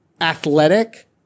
athletic